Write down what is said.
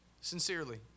sincerely